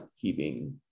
keeping